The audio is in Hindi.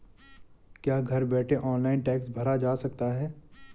क्या घर बैठे ऑनलाइन टैक्स भरा जा सकता है?